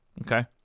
Okay